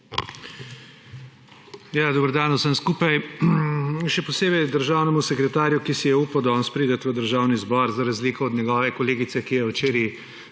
Dober dan vsem skupaj, še posebej državnemu sekretarju, ki si je upal danes priti v Državni zbor; za razliko od njegove kolegice, ki je včeraj